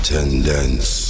Tendence